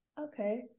Okay